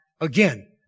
again